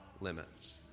limits